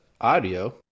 audio